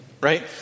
right